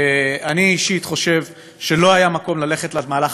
אני אישית חושב שלא היה מקום ללכת למהלך